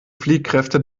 fliehkräfte